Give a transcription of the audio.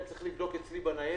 אני צריך לבדוק אצלי בניירת,